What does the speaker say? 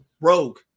Rogue